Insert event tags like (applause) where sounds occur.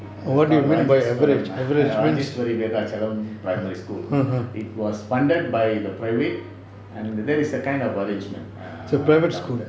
rajeswaram (laughs) rajeswari detachalam primary school it was funded by private and that is the kind of arrangement err down there